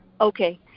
Okay